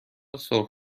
سرخ